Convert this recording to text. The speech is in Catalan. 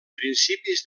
principis